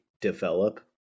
develop